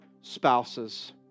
spouses